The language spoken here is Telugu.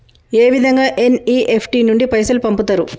ఏ విధంగా ఎన్.ఇ.ఎఫ్.టి నుండి పైసలు పంపుతరు?